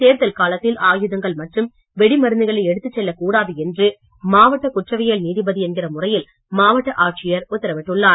தேர்தல் காலத்தில் ஆயுதங்கள் மற்றும் வெடிமருந்துகளை எடுத்துச் செல்லக் கூடாது என்று மாவட்ட குற்றவியல் நீதிபதி என்கிற முறையில் மாவட்ட ஆட்சியர் உத்தரவிட்டுள்ளார்